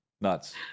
Nuts